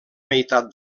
meitat